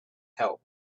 help